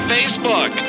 Facebook